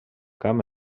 camp